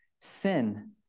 sin